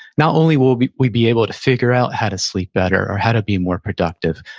not only will we we be able to figure out how to sleep better or how to be more productive,